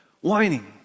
whining